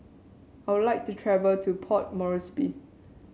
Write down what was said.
I would like to travel to Port Moresby